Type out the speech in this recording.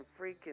freaking